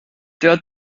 der